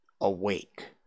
awake